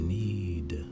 need